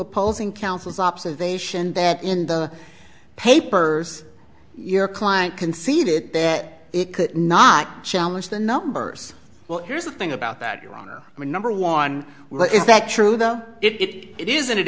opposing counsel's observation that in the papers your client conceded that it could not challenge the numbers well here's the thing about that your honor i mean number one well is that true though it isn't it